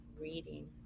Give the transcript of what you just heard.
reading